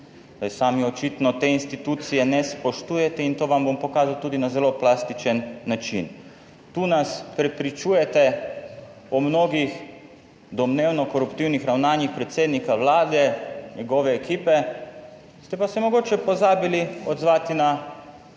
Sami očitno te institucije ne spoštujete, in to vam bom pokazal tudi na zelo plastičen način. Tu nas prepričujete o mnogih domnevno koruptivnih ravnanjih predsednika Vlade, njegove ekipe, ste pa se mogoče pozabili odzvati na